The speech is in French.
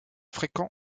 fréquents